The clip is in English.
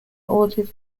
ordered